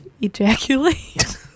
ejaculate